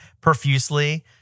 profusely